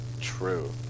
True